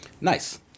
Nice